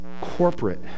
corporate